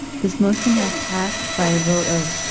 this motion has passed by a vote of